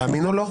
תאמין או לא.